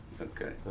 Okay